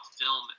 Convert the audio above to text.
film